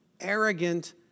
arrogant